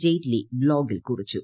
ജെയ്റ്റ്ലി ബ്ലോഗിൽ കുറിച്ചു